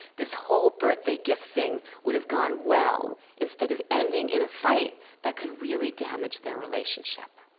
this whole birthday gift thing would have gone well, instead of ending in a fight that could really damage their relationship.